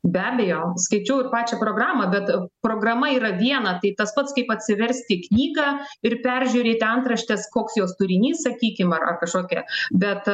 be abejo skaičiau ir pačią programą bet programa yra viena tai tas pats kaip atsiversti knygą ir peržiūrėti antraštes koks jos turinys sakykim ar ar kažkokia bet